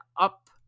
up